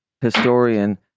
historian